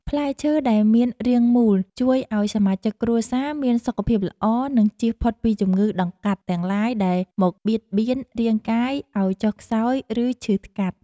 ផ្លែឈើដែលមានរាងមូលជួយឱ្យសមាជិកគ្រួសារមានសុខភាពល្អ និង ជៀសផុតពីជំងឺដង្កាត់ទាំងឡាយដែលមកបៀតបៀនរាងកាយឱ្យចុះខ្សោយឬឈឺថ្កាត់។